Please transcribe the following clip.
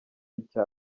icya